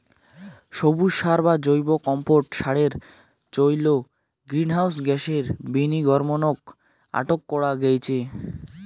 সবুজ সার বা জৈব কম্পোট সারের চইল গ্রীনহাউস গ্যাসের বিনির্গমনক আটক করা গেইচে